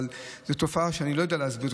אבל זו תופעה שאני לא יודע להסביר.